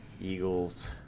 Eagles